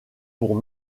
pour